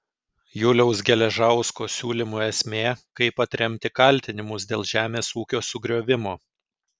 juliaus geležausko siūlymų esmė kaip atremti kaltinimus dėl žemės ūkio sugriovimo